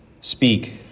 speak